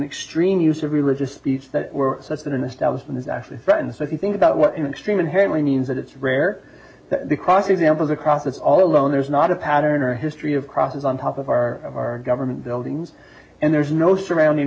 extreme use of religious speech that were such an establishment is actually threatened so if you think about what an extreme inherently means that it's rare that the cross examples across all alone there's not a pattern or history of crosses on top of our government buildings and there's no surrounding